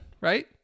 right